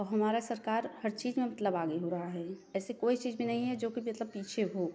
और हमारा सरकार हर चीज में मतलब आगे हो रहा है ऐसी कोई चीज में नहीं है जो कि मतलब पीछे हो